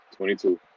22